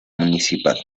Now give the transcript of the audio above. municipal